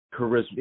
charisma